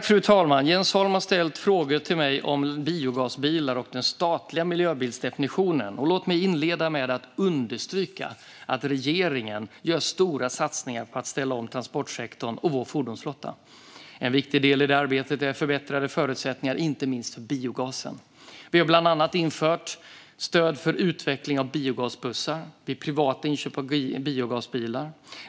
Fru talman! har ställt tre frågor till mig om regler för biogasbilar och den statliga miljöbilsdefinitionen. Låt mig inleda med att understryka att regeringen gör stora satsningar på att ställa om transportsektorn och vår fordonsflotta. En viktig del i det arbetet är förbättrade förutsättningar inte minst för biogasen. Vi har bland annat infört stöd för utveckling av biogasbussar och vid privata inköp av biogasbilar.